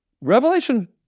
Revelation